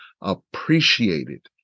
appreciated